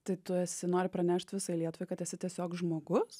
tai tu esi nori pranešt visai lietuvai kad esi tiesiog žmogus